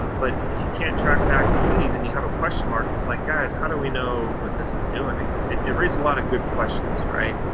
but if you can't track back the leads and you have a question mark, it's like, guys, how do we know what this is doing? it raises a lot of good questions, right?